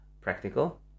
practical